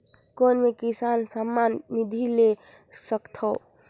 कौन मै किसान सम्मान निधि ले सकथौं?